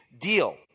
deal